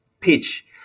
pitch